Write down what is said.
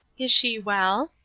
is she well?